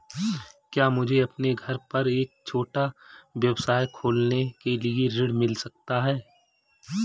क्या मुझे अपने घर पर एक छोटा व्यवसाय खोलने के लिए ऋण मिल सकता है?